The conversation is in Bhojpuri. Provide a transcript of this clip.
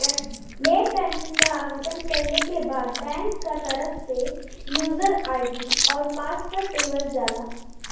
नेटबैंकिंग क आवेदन कइले के बाद बैंक क तरफ से यूजर आई.डी आउर पासवर्ड देवल जाला